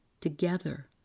together